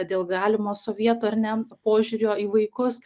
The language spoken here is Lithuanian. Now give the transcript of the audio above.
dėl galimo sovietų ar ne požiūrio į vaikus